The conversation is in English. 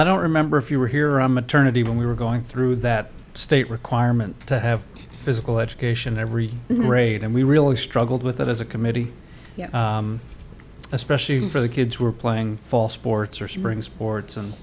i don't remember if you were here on maternity when we were going through that state requirement to have physical education every grade and we really struggled with that as a committee especially for the kids were playing fall sports or spring sports and